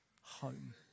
home